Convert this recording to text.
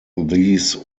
these